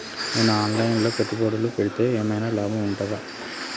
నేను online లో పెట్టుబడులు పెడితే ఏమైనా లాభం ఉంటదా?